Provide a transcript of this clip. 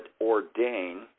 ordain